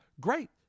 great